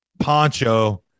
poncho